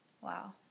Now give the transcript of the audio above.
Wow